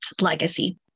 legacy